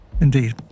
Indeed